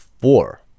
four